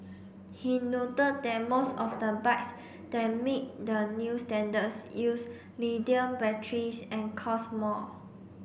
he noted that most of the bikes that meet the new standards use lithium batteries and cost more